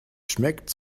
schmeckt